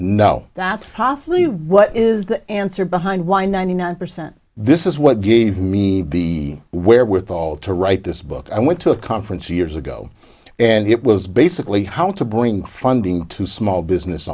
possibly what is the answer behind why ninety nine percent this is what gave me the wherewithal to write this book i went to a conference years ago and it was basically how to bring funding to small business